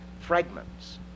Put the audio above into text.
fragments